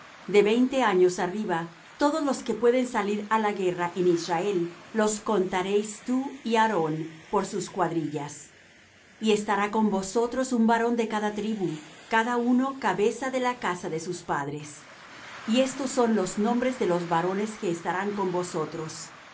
de veinte años arriba todos los que pueden salir á la guerra en israel los contaréis tú y aarón por sus cuadrillas y estará con vosotros un varón de cada tribu cada uno cabeza de la casa de sus padres y estos son los nombres de los varones que estarán con vosotros